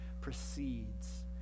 precedes